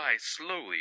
slowly